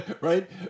right